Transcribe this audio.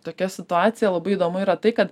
tokia situacija labai įdomu yra tai kad